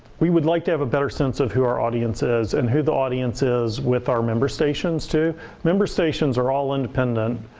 we would like to have a better sense of who our audience is. and who the audience is with our member stations member stations are all independent.